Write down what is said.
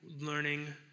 learning